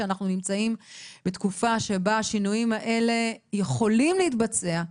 שאנחנו נמצאים בתקופה שבה השינויים האלה יכולים להתבצע.